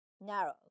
narrow